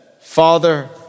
Father